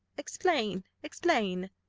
explain! explain!